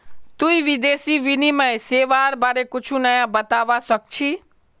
तुई विदेशी विनिमय सेवाआर बारे कुछु नया बतावा सक छी